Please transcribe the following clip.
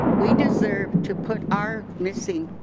we deserve to put our scene